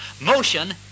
Motion